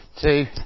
two